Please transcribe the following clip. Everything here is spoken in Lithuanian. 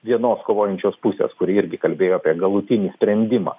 vienos kovojančios pusės kuri irgi kalbėjo apie galutinį sprendimą